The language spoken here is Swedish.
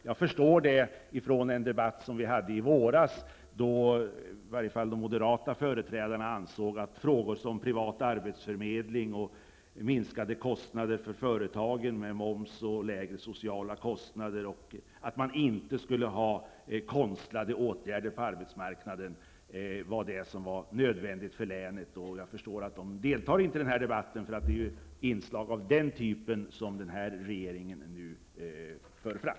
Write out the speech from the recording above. Jag förstår det med tanke på den debatt vi hade i våras, då i varje fall de moderata företrädarna ansåg att det som var nödvändigt för länet var exempelvis privat arbetsförmedling, minskade kostnader för företagen vad avser moms och lägre sociala kostnader samt att man inte skulle ha konstlade åtgärder på arbetsmarknaden. Jag förstår att dessa moderata företrädare inte deltar i den här debatten, eftersom det är inslag av den typen som den nya regeringen nu för fram.